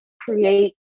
create